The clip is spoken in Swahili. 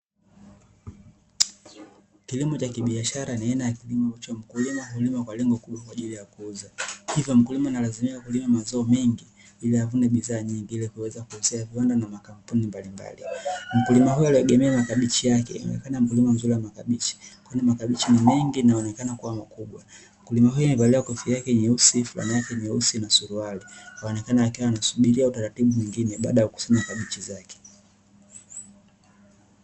Kilimo cha kibiashara ni aina ya kilimo ambayo kwa lengo kuu kwa ajili ya kuuza. Hivyo, mkulima analazimika kuanza mazao mengi ili apate riziki ile kuweza kuuza kwa madukamaduka na makampuni mbalimbali. Mkulima huyu aliegemea makabichi yake, akionekana mkulima mzuri wa makabichi. Kuna makabichi yamekuwa mengi na yanaonekana kuwa na ukubwa. Mkulima huyu alivalia kofia yake nyeusi, fulana yake nyeusi na suruali. Akionekana wakiwa wanasubiri utaratibu mwingine baada ya kusinya kabichi zake.